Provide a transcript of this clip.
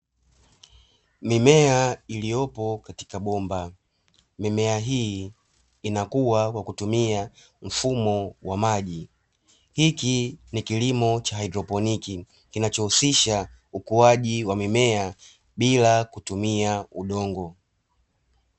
Mimea iliyopo katika bomba, mimea hii inakua kwa kutumia mfumo wa maji. Hiki ni kilimo cha haidroponi kinachohusisha ukuaji wa mimea bila kutumia udongo.